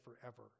forever